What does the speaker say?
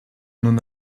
non